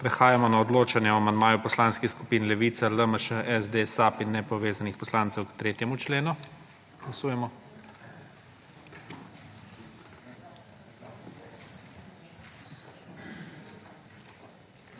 Prehajamo na odločanje o amandmaju Poslanskih skupin Levica, LMŠ, SD, SAB in Nepovezanih poslancev k 3. členu. Glasujemo.